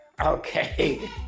Okay